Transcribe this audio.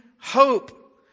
hope